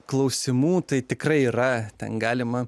klausimų tai tikrai yra ten galima